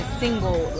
single